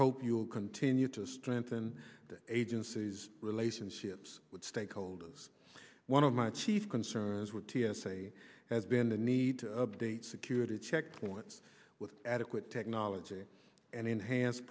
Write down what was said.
hope you will continue to strengthen the agency's relationships with stakeholders one of my chief concerns would t s a has been the need to update security checkpoints with adequate technology and enhanced